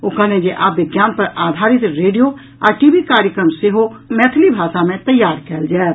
ओ कहलनि जे आब विज्ञान पर आधारित रेडियो आ टीवी कार्यक्रम सेहो मैथिली भाषा मे तैयार कयल जायत